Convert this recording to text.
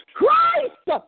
Christ